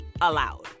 allowed